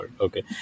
Okay